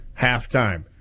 halftime